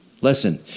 Listen